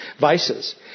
vices